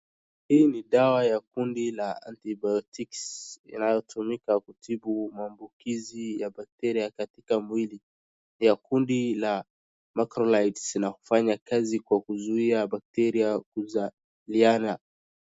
Hii ni dawa ya kundi la antibiotiks inayotumika kutibu maambukizi ya bakteria katika mwili. Ya kundi la macrolides inafanya kazi kwa kuzuia bakteria kuzaliana.